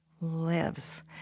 lives